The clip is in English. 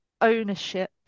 ownership